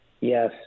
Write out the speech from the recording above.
Yes